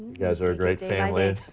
guys are a great family.